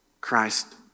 Christ